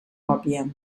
còpia